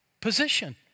position